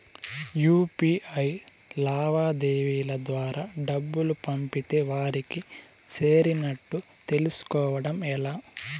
UPI లావాదేవీల ద్వారా డబ్బులు పంపితే వారికి చేరినట్టు తెలుస్కోవడం ఎలా?